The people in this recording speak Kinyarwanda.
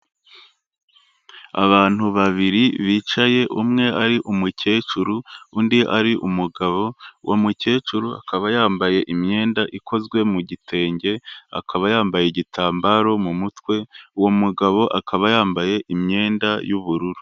Abantu babiri bicaye, umwe ari umukecuru undi ari umugabo, uwo mukecuru akaba yambaye imyenda ikozwe mu gitenge, akaba yambaye igitambaro mu mutwe, uwo mugabo akaba yambaye imyenda y'ubururu.